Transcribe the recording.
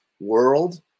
world